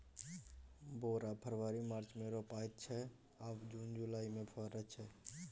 बोरा फरबरी मार्च मे रोपाइत छै आ जुन जुलाई मे फरय छै